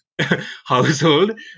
household